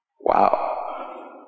wow